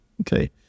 okay